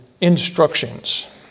instructions